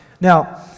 Now